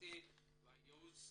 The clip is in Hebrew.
משפחתי וייעוץ